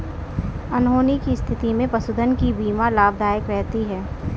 अनहोनी की स्थिति में पशुधन की बीमा लाभदायक रहती है